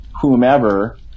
whomever